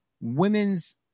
women's